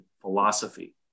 philosophy